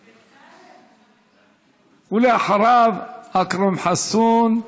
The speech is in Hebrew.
8580, 8584,